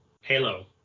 Halo